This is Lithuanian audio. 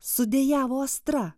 sudejavo astra